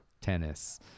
tennis